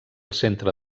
centre